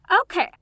Okay